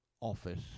office